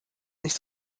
nicht